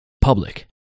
public